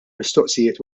mistoqsijiet